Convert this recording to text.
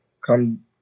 come